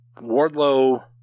Wardlow